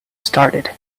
started